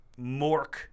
Mork